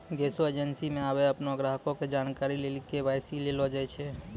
गैसो एजेंसी मे आबे अपनो ग्राहको के जानकारी लेली के.वाई.सी लेलो जाय छै